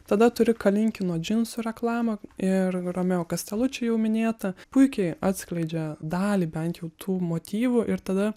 tada turi kalinkino džinsų reklamą ir romeo kastaluči jau minėtą puikiai atskleidžia dalį bent jau tų motyvų ir tada